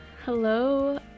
Hello